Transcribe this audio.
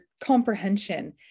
comprehension